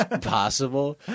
possible